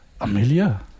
amelia